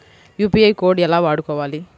UPI code ఎలా వాడుకోవాలి?